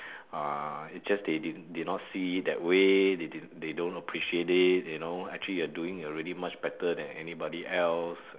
uh is just they didn't did not see it that way they didn't they don't appreciate it you know actually you are doing already much better than anybody else